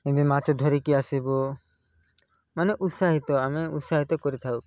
ଏବେ ମାଛ ଧରିକି ଆସିବ ମାନେ ଉତ୍ସାହିତ ଆମେ ଉତ୍ସାହିତ କରିଥାଉ